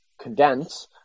condense